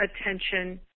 attention